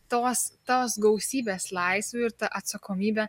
tos tos gausybės laisvių ir ta atsakomybė